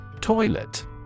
Toilet